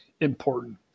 important